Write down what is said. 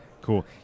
Cool